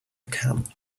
can